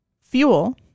Fuel